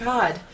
God